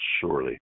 surely